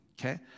Okay